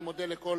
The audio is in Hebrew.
אני מודה לכל